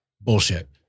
Bullshit